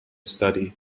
study